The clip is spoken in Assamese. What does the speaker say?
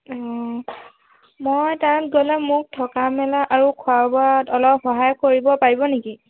অঁ মই তাত গ'লে মোক থকা মেলা আৰু খোৱা বোৱাত অলপ সহায় কৰিব পাৰিব নেকি